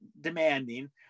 demanding